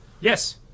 Yes